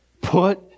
put